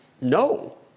no